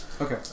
Okay